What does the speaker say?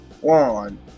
one